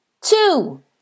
Two